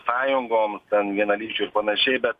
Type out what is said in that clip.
sąjungoms ten vienalyčių ir panašiai bet